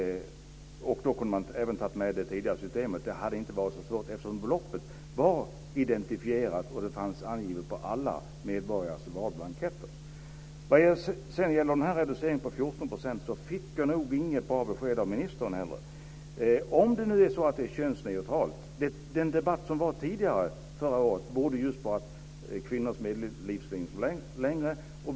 Då kunde man även ha tagit med det tidigare systemet. Det hade inte varit så svårt, eftersom beloppet var identifierat och fanns angivet på alla medborgares valblanketter. Vad sedan gäller reduceringen på 14 % fick jag inget bra besked av ministern. Den debatt som fördes förra året gällde just att kvinnors medellivslängd är högre.